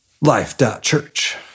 Life.church